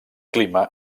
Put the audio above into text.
clima